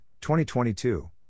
2022